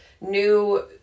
new